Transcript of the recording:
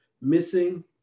missing